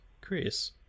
chris